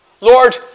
Lord